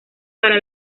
para